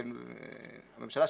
של הממשלה,